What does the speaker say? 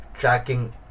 tracking